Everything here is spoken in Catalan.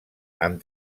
amb